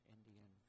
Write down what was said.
Indian